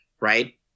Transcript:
right